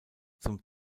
zum